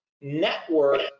network